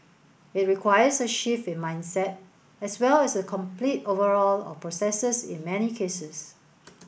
it requires a shift in mindset as well as a complete overhaul of processes in many cases